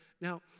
Now